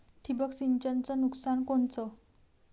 ठिबक सिंचनचं नुकसान कोनचं?